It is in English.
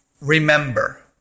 remember